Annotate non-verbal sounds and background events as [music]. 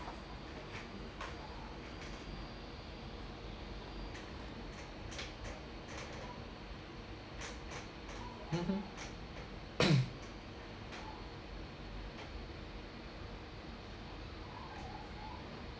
mmhmm [coughs]